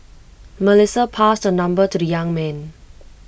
Melissa passed her number to the young man